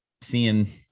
seeing